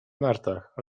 nartach